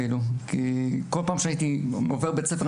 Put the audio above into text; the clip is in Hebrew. כי כל פעם שעברתי בית ספר,